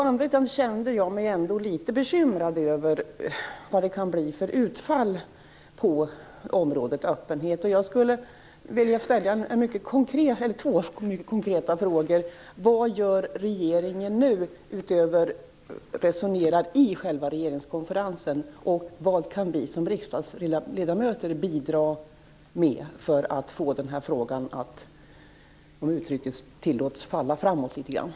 Ändå känner jag mig litet bekymrad över vilket utfall det kan bli på området öppenhet, och jag skulle vilja ställa två mycket konkreta frågor: Vad gör regeringen nu, utöver att resonera i själva regeringskonferensen? Vad kan vi som riksdagsledamöter bidra med för att få frågan att falla framåt litet grand, om uttrycket tillåts?